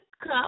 cup